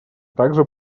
также